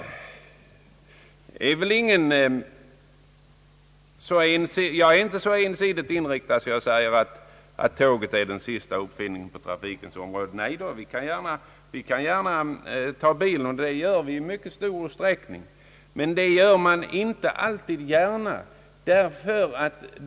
Jag är inte så ensidigt inriktad att jag anser att tåget är den sista uppfinningen på trafikens område. Nej, man kan gärna ta bilen. Men man kan inte alltid göra det.